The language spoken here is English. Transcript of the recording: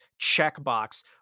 checkbox